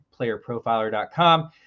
playerprofiler.com